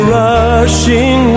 rushing